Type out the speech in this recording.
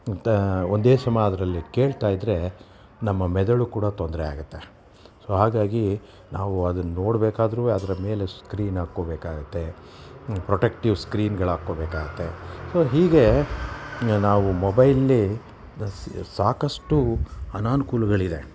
ಮತ್ತು ಒಂದೇ ಸಮ ಅದರಲ್ಲಿ ಕೇಳ್ತಾ ಇದ್ದರೆ ನಮ್ಮ ಮೆದುಳು ಕೂಡ ತೊಂದರೆ ಆಗತ್ತೆ ಸೊ ಹಾಗಾಗಿ ನಾವು ಅದನ್ನು ನೋಡಬೇಕಾದ್ರೂ ಅದರ ಮೇಲೆ ಸ್ಕ್ರೀನ್ ಹಾಕ್ಕೋಬೇಕಾಗುತ್ತೆ ಪ್ರೊಟೆಕ್ಟಿವ್ ಸ್ಕ್ರೀನ್ಗಳು ಹಾಕೋಬೇಕಾಗುತ್ತೆ ಸೊ ಹೀಗೆ ನಾವು ಮೊಬೈಲ್ಲಿ ಸಾಕಷ್ಟು ಅನನ್ಕೂಲಗಳಿದೆ